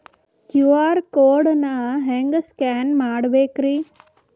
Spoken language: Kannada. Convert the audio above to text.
ಕ್ಯೂ.ಆರ್ ಕೋಡ್ ನಾ ಹೆಂಗ ಸ್ಕ್ಯಾನ್ ಮಾಡಬೇಕ್ರಿ?